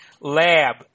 Lab